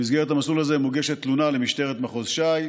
במסגרת המסלול הזה מוגשת תלונה למשטרת מחוז ש"י